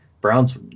Browns